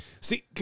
See